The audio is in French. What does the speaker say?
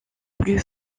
plus